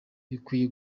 bikwiye